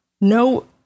no